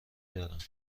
دارند